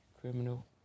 criminal